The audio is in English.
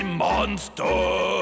monster